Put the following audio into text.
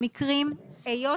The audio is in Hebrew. היות